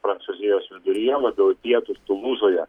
prancūzijos viduryje labiau į pietus tulūzoje